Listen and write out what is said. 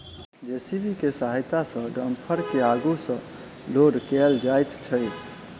JCB के सहायता सॅ डम्फर के आगू सॅ लोड कयल जाइत छै